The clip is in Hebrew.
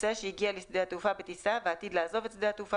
נוסע שהגיע לשדה התעופה בטיסה ועתיד לעזוב את שדה התעופה